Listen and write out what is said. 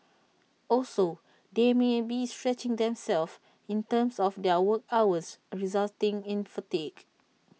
also they may be stretching themselves in terms of their work hours resulting in fatigue